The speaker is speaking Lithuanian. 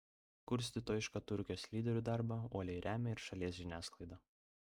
kurstytojišką turkijos lyderių darbą uoliai remia ir šalies žiniasklaida